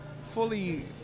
fully